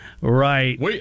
Right